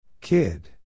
Kid